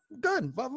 Good